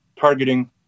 targeting